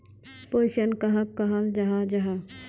पोषण कहाक कहाल जाहा जाहा?